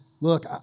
look